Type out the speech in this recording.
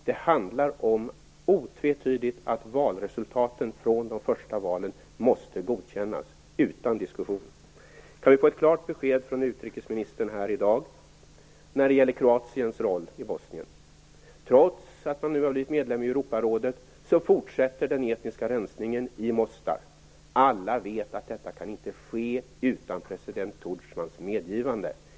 Det handlar otvetydigt om att valresultaten från de första valen måste godkännas utan diskussion. Kan vi få ett klart besked från utrikesministern här i dag om Kroatiens roll i Bosnien? Trots att Kroatien nu har blivit medlem i Europarådet fortsätter den etniska rensningen i Mostar. Alla vet att detta inte kan ske utan president Tudjmans medgivande.